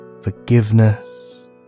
Forgiveness